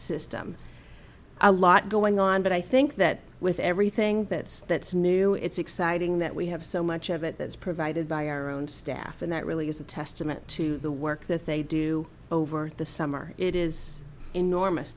system a lot going on but i think that with everything that's that's new it's exciting that we have so much of it that's provided by our own staff and that really is a testament to the work that they do over the summer it is enormous